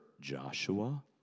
Joshua